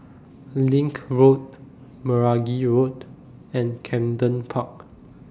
LINK Road Meragi Road and Camden Park